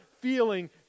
feeling